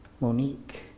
Monique